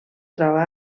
troba